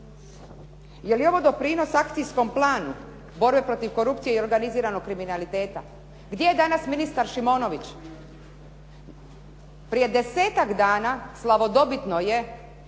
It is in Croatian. Je li ovo doprinos akcijskom planu borbe protiv korupcije i organiziranog kriminaliteta? Gdje je danas ministar Šimonović? Prije 10-ak dana slavodobitno je